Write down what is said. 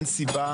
אין סיבה.